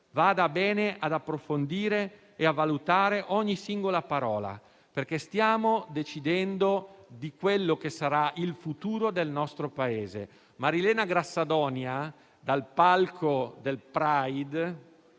vada bene ad approfondire e a valutare ogni singola parola, perché stiamo decidendo di quello che sarà il futuro del nostro Paese. Marilena Grassadonia, dal palco del Pride,